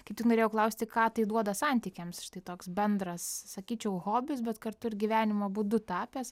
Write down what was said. kaip tik norėjau klausti ką tai duoda santykiams štai toks bendras sakyčiau hobis bet kartu ir gyvenimo būdu tapęs